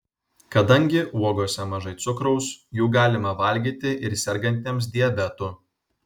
kadangi uogose mažai cukraus jų galima valgyti ir sergantiems diabetu